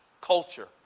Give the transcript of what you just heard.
culture